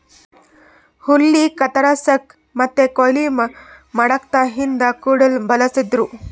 ಹುಲ್ಲ್ ಕತ್ತರಸಕ್ಕ್ ಮತ್ತ್ ಕೊಯ್ಲಿ ಮಾಡಕ್ಕ್ ಹಿಂದ್ ಕುಡ್ಗಿಲ್ ಬಳಸ್ತಿದ್ರು